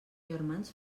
germans